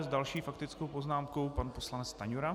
S další faktickou poznámkou pan poslanec Stanjura.